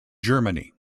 germany